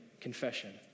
Confession